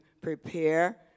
prepare